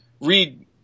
read